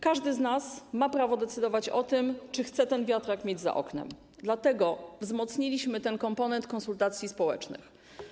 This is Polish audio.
Każdy z nas ma prawo decydować o tym, czy chce ten wiatrak mieć za oknem, dlatego wzmocniliśmy ten komponent konsultacji społecznych.